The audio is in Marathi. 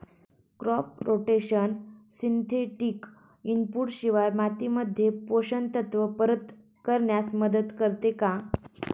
क्रॉप रोटेशन सिंथेटिक इनपुट शिवाय मातीमध्ये पोषक तत्त्व परत करण्यास मदत करते का?